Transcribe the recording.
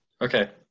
Okay